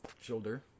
Shoulder